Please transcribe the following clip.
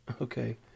Okay